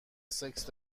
سکس